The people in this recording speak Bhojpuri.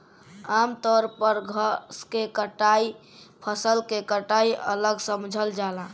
आमतौर पर घास के कटाई फसल के कटाई अलग समझल जाला